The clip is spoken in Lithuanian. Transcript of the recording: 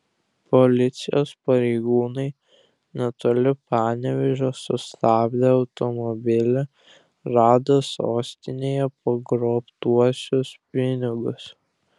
policijos pareigūnai netoli panevėžio sustabdę automobilį rado sostinėje pagrobtuosius pinigus